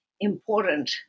important